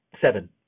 seven